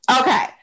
Okay